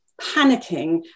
panicking